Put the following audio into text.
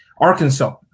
Arkansas